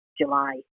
July